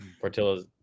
Portillo's